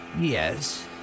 Yes